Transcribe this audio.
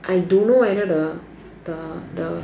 I dunno know whether the the the